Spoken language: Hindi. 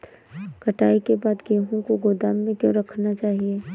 कटाई के बाद गेहूँ को गोदाम में क्यो रखना चाहिए?